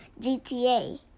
GTA